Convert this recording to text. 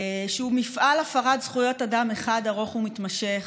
שהוא מפעל הפרת זכויות אדם אחד ארוך ומתמשך,